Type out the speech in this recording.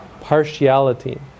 partiality